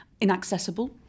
inaccessible